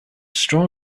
straw